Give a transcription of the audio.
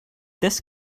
this